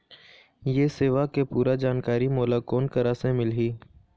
ये सेवा के पूरा जानकारी मोला कोन करा से मिलही?